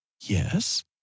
yes